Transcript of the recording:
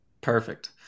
Perfect